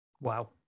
Wow